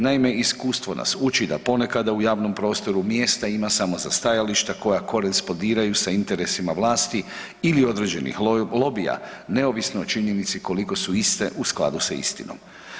Naime, iskustvo nas uči na ponekada u javnom prostoru mjesta ima samo za stajališta koja korespondiraju sa interesima vlasti ili određenih lobija neovisno o činjenici koliko su iste u skladu sa istinom.